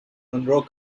monroe